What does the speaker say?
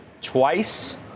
twice